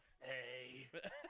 hey